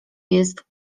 jest